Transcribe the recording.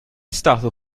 stato